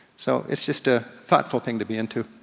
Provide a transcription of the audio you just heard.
so it's just a thoughtful thing to be into.